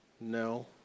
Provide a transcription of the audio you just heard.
No